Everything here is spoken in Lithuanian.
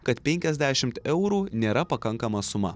kad penkiasdešimt eurų nėra pakankama suma